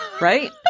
right